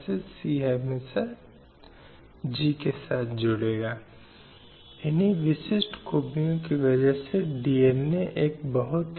अब जब घोषणा ने हिंसा की बात की तो इसने सार्वजनिक और निजी क्षेत्र दोनों में हिंसा की बात की